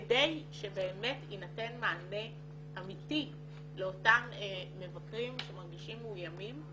כדי שבאמת יינתן מענה אמיתי לאותם מבקרים שמרגישים מאוימים,